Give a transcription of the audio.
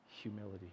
humility